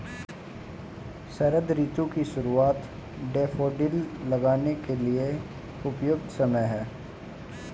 शरद ऋतु की शुरुआत डैफोडिल लगाने के लिए उपयुक्त समय है